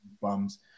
bums